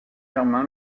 germain